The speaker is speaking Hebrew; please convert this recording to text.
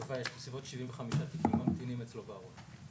לכל תובע משמעת יש בסביבות 75 תיקים הממתינים אצלו בארון.